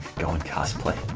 go in cosplay